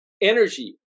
energy